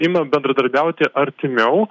ima bendradarbiauti artimiau